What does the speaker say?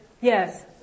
Yes